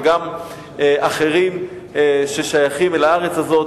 וגם אחרים ששייכים אל הארץ הזאת,